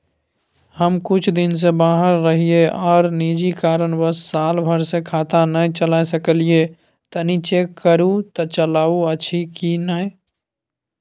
हम कुछ दिन से बाहर रहिये आर निजी कारणवश साल भर से खाता नय चले सकलियै तनि चेक करू त चालू अछि कि नय?